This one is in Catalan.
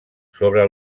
sobre